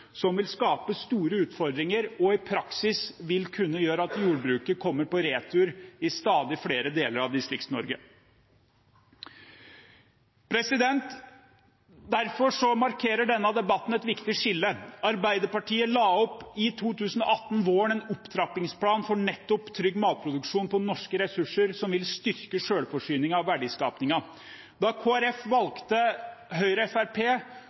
som vil skape store utfordringer og i praksis kunne gjøre at jordbruket kommer på retur i stadig flere deler av Distrikts-Norge. Derfor markerer denne debatten et viktig skille: Arbeiderpartiet la våren 2018 opp til en opptrappingsplan for trygg matproduksjon ut fra norske ressurser som ville styrke selvforsyningen og verdiskapingen. Etter at Kristelig Folkeparti valgte Høyre